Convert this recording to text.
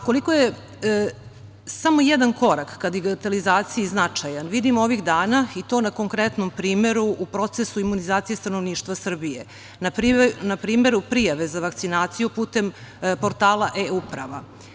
Koliko je samo jedan korak ka digitalizaciji značajan vidimo ovih dana, i to na konkretnom primeru, u procesu imunizacije stanovništva Srbije, na primeru prijave za vakcinaciju putem portala e-uprava.